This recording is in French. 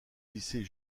lycée